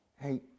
Hey